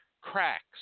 cracks